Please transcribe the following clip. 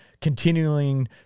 continuing